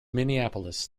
minneapolis